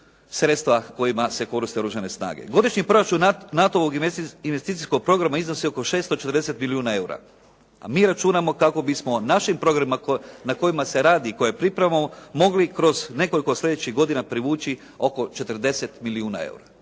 sredstva kojima se koriste oružane snage. Godišnji proračun NATO-vog investicijskog programa iznosi oko 640 milijuna eura a mi računamo kako bismo našim programima na kojima se radi i koje pripremamo, mogli kroz nekoliko sljedećih godina privući oko 40 milijuna eura.